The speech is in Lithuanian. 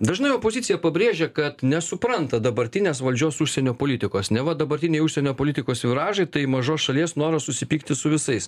dažnai opozicija pabrėžia kad nesupranta dabartinės valdžios užsienio politikos neva dabartiniai užsienio politikos viražai tai mažos šalies noras susipykti su visais